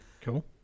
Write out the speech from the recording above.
Cool